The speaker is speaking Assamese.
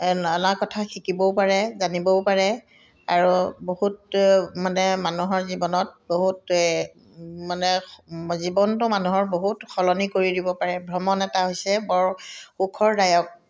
নানা কথা শিকিবও পাৰে জানিবও পাৰে আৰু বহুত মানে মানুহৰ জীৱনত বহুতে মানে জীৱনটো মানুহৰ বহুত সলনি কৰি দিব পাৰে ভ্ৰমণ এটা হৈছে বৰ সুখৰদায়ক